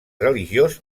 religiós